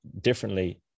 differently